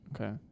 Okay